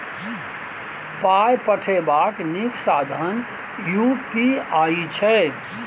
पाय पठेबाक नीक साधन यू.पी.आई छै